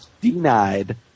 denied